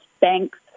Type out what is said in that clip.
banks